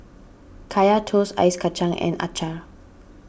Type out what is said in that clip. Kaya Toast Ice Kachang and Acar